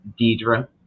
Deidre